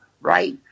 Right